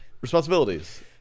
responsibilities